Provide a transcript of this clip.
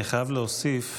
אני חייב להוסיף,